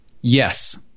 Yes